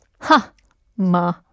Ha-ma